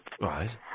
Right